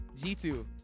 G2